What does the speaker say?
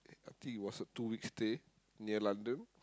I think it was a two weeks stay near London